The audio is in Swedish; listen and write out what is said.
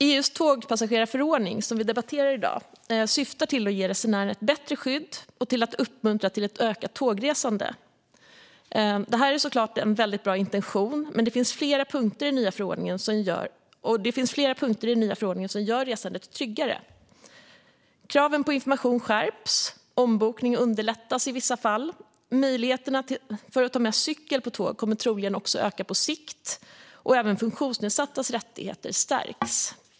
EU:s tågpassagerarförordning, som vi debatterar i dag, syftar till att ge resenärerna ett bättre skydd och att uppmuntra till ett ökat tågresande. Det här är såklart en väldigt bra intention, och det finns flera punkter i den nya förordningen som gör resandet tryggare. Kraven på information skärps, och ombokning underlättas i vissa fall. Möjligheten till att ta med cykel på tåg kommer troligen också att öka på sikt. Även funktionsnedsattas rättigheter stärks.